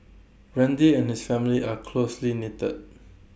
randy and his family are closely knitted